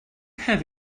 have